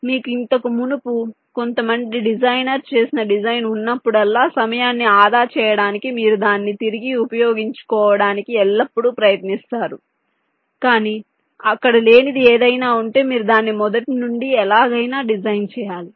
కాబట్టి మీకు ఇంతకు మునుపు కొంతమంది డిజైనర్ చేసిన డిజైన్ ఉన్నప్పుడల్లా సమయాన్ని ఆదా చేయడానికి మీరు దాన్ని తిరిగి ఉపయోగించుకోవడానికి ఎల్లప్పుడూ ప్రయత్నిస్తారు కానీ అక్కడ లేనిది ఏదైనా ఉంటే మీరు దాన్ని మొదటి నుండి ఎలాగైనా డిజైన్ చేయాలి